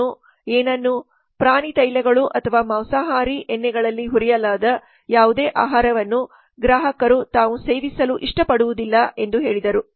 Donaldನ ಏನನ್ನು ಪ್ರಾಣಿ ತೈಲಗಳು ಅಥವಾ ಮಾಂಸಾಹಾರಿ ಎಣ್ಣೆಗಳಲ್ಲಿ ಹುರಿಯಲಾದ ಯಾವುದೇ ಆಹಾರವನ್ನು ಗ್ರಾಹಕರು ತಾವು ಸೇವಿಸಲು ಇಷ್ಟಪಡುವುದಿಲ್ಲ ಎಂದು ಹೇಳಿದರು